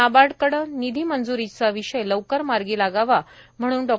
नाबार्डकडे निधी मंजूरीचा विषय लवकर मार्गी लागावा म्हणून डॉ